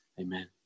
Amen